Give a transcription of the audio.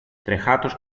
τρεχάτος